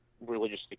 religiously